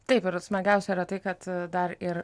taip ir smagiausia yra tai kad dar ir